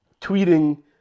tweeting